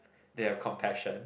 they have compassion